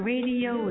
Radio